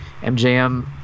MJM